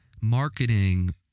marketing